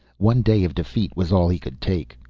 one day of defeat was all he could take.